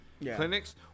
clinics